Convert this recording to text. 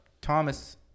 Thomas